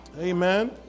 amen